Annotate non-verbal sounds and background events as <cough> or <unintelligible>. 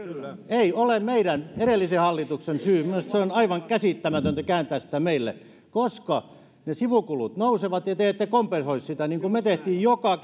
ei ole meidän edellisen hallituksen syy minusta on aivan käsittämätöntä kääntää sitä meille koska ne sivukulut nousevat ja te ette kompensoi sitä niin kuin me teimme joka <unintelligible>